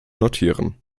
notieren